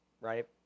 right